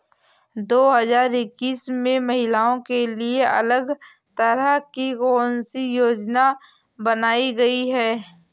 दो हजार इक्कीस में महिलाओं के लिए अलग तरह की कौन सी योजना बनाई गई है?